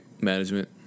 management